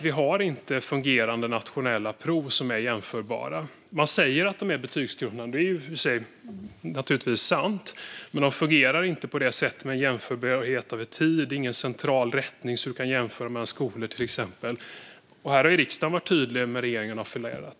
Vi har inte fungerande nationella prov som är jämförbara. De är betygsgrundande men går inte att jämföra över tid, och utan central rättning går resultaten inte att jämföra mellan skolor. Här har riksdagen varit tydlig men regeringen fallerat.